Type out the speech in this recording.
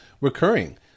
recurring